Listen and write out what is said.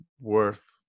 worth